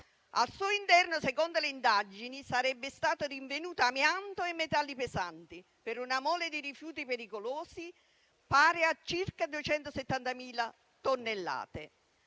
Al suo interno, secondo le indagini, sarebbero stati rinvenuti amianto e metalli pesanti, per una mole di rifiuti pericolosi pari a circa 270.000 tonnellate.